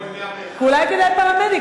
לבוא עם 101. אולי כדאי פרמדיק,